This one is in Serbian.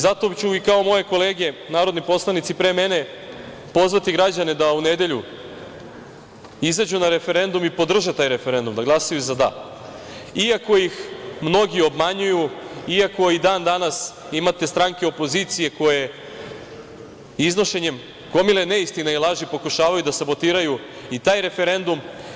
Zato ću kao i moje kolege narodni poslanici pre mene pozvati građane da u nedelju izađu na referendum i podrže taj referendum, glasaju za „Da“, iako ih mnogi obmanjuju, iako i dan-danas imate stranke opozicije koje iznošenjem gomile neistina i laži pokušavaju da sabotiraju i taj referendum.